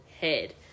head